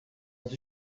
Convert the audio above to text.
está